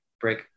break